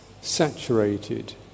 saturated